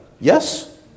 Yes